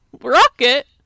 Rocket